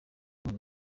umwe